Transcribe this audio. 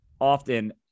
often